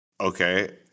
Okay